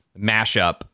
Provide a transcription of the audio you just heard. mashup